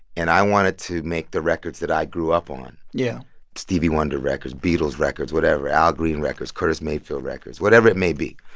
and i wanted to make the records that i grew up on yeah stevie wonder records, beatles records, whatever, al green records curtis mayfield records, whatever it may be.